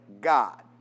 God